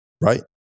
Right